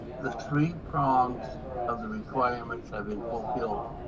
the three prongs of the requirements have been fulfilled.